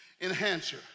enhancer